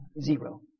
zero